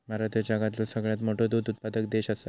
भारत ह्यो जगातलो सगळ्यात मोठो दूध उत्पादक देश आसा